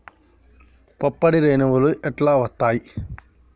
పుప్పొడి రేణువులు ఎట్లా వత్తయ్?